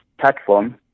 platform